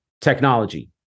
technology